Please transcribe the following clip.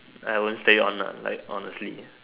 I won't stay on the like honestly